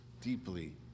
deeply